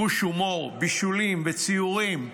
חוש הומור, בישולים וציורים.